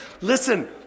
Listen